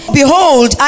behold